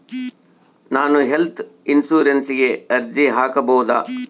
ನಾನು ಹೆಲ್ತ್ ಇನ್ಶೂರೆನ್ಸಿಗೆ ಅರ್ಜಿ ಹಾಕಬಹುದಾ?